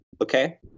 okay